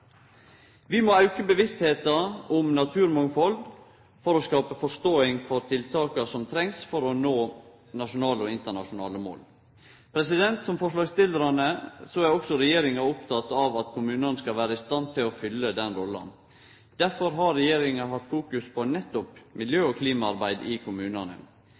Vi må auke bevisstheita om naturmangfald for å skape forståing for dei tiltaka som trengst for å nå nasjonale og internasjonale mål. Som forslagsstillarane er òg regjeringa oppteken av at kommunane skal vere i stand til å fylle den rolla. Derfor har regjeringa hatt fokus på nettopp miljø- og klimaarbeid i kommunane.